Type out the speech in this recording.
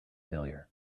failure